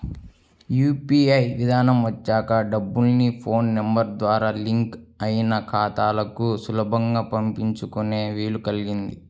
UPI విధానం వచ్చాక డబ్బుల్ని ఫోన్ నెంబర్ ద్వారా లింక్ అయిన ఖాతాలకు సులభంగా పంపించుకునే వీలు కల్గింది